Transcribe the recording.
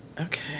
Okay